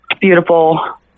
beautiful